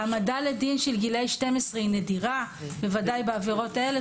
העמדה לדין של גילאי 12 נדירה בוודאי בעבירות האלה.